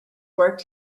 work